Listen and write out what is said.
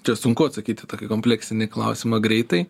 čia sunku atsakyt į tokį kompleksinį klausimą greitai